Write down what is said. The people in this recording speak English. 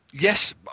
Yes